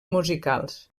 musicals